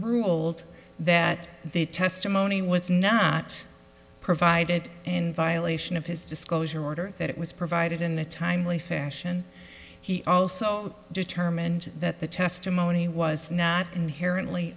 ruled that the testimony was not provided in violation of his disclosure order that it was provided in a timely fashion he also determined that the testimony was not inherently